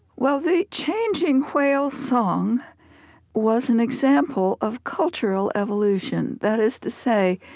well, the changing whale song was an example of cultural evolution. that is to say,